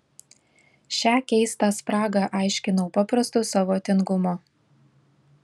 šią keistą spragą aiškinau paprastu savo tingumu